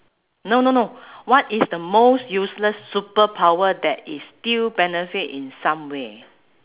no no no what is the most useless superpower that is still benefit in some way